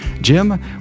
jim